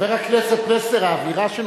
הוא הבטיח בראשון בבוקר ובראשון,